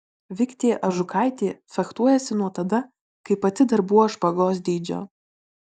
viktė ažukaitė fechtuojasi nuo tada kai pati dar buvo špagos dydžio